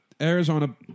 Arizona